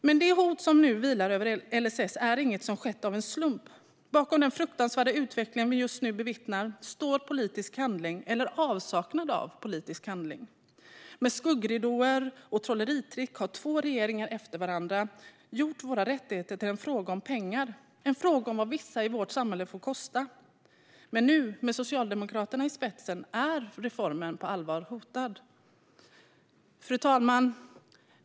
Men det hot som nu vilar över LSS är inget som skett av en slump. Bakom den fruktansvärda utveckling vi just nu bevittnar står politisk handling eller avsaknad av politisk handling. Med skuggridåer och trolleritrick har två regeringar efter varandra gjort våra rättigheter till en fråga om pengar - en fråga om vad vissa i vårt samhälle får kosta. Men nu, med Socialdemokraterna i spetsen, är reformen på allvar hotad. Fru talman!